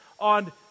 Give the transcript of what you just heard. on